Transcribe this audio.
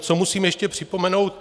Co musím ještě připomenout.